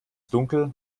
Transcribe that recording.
dunkel